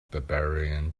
barbarian